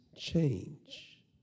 Change